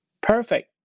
Perfect